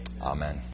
Amen